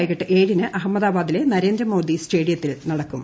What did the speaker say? വൈകിട്ട് ഏഴിന് അഹമ്മദാബാദിലെ നരേന്ദ്രമോദി സ്റ്റേഡിയത്തിലാണ് മത്സരം